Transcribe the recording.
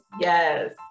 yes